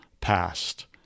past